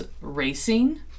racing